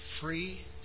free